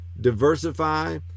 diversify